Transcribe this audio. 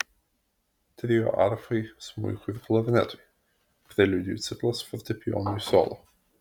trio arfai smuikui ir klarnetui preliudijų ciklas fortepijonui solo